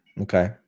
Okay